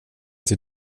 till